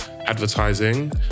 advertising